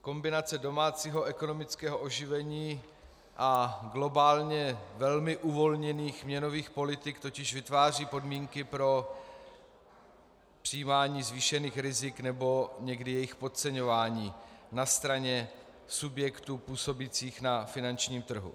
Kombinace domácího ekonomického oživení a globálně velmi uvolněných měnových politik totiž vytváří podmínky pro přijímání zvýšených rizik nebo někdy jejich podceňování na straně subjektů působících na finančním trhu.